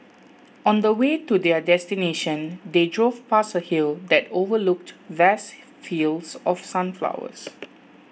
on the way to their destination they drove past a hill that overlooked vast fields of sunflowers